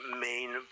main